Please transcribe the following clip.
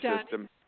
system